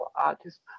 artists